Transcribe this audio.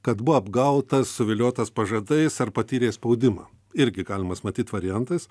kad buvo apgautas suviliotas pažadais ar patyrė spaudimą irgi galimas matyt variantas